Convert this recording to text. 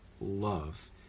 love